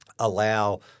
allow